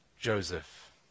Joseph